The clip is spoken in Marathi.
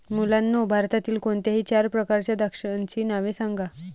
मुलांनो भारतातील कोणत्याही चार प्रकारच्या द्राक्षांची नावे सांगा